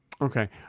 Okay